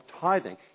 tithing